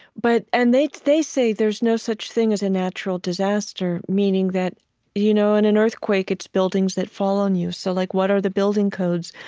but and they they say there's no such thing as a natural disaster, meaning that you know in an earthquake, it's buildings that fall on you. so like what are the building codes?